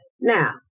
Now